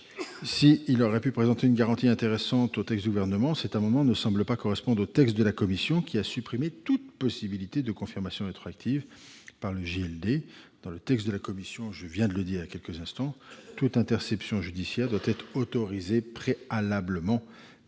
S'il aurait pu présenter une garantie intéressante au texte du Gouvernement, cet amendement ne semble pas correspondre au texte de la commission, qui a supprimé toute possibilité de confirmation rétroactive par le juge des libertés et de la détention. Dans ce dernier texte, toute interception judiciaire doit être autorisée préalablement